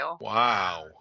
Wow